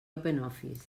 openoffice